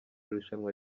irushanwa